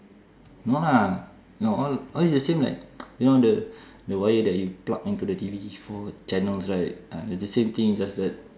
no lah no all all is the same like you know the the wire that you plug into the T_V for channels right ah it's the same thing just that